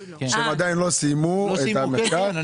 שהם עדיין לא סיימו את המחקר.